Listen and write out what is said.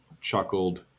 chuckled